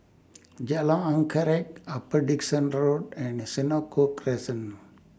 Jalan Anggerek Upper Dickson Road and The Senoko Crescent